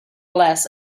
less